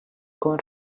con